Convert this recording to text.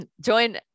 join